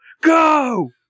Go